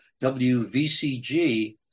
WVCG